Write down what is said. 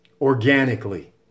organically